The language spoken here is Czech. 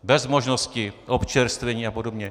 Bez možnosti občerstvení a podobně.